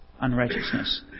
unrighteousness